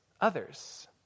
others